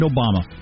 Obama